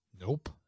Nope